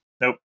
Nope